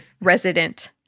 resident